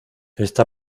está